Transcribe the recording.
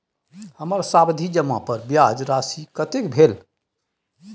हमर सावधि जमा पर ब्याज राशि कतेक भेल?